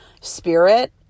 spirit